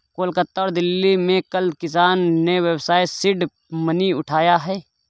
कोलकाता और दिल्ली में कल किसान ने व्यवसाय सीड मनी उठाया है